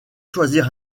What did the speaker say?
choisir